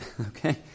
okay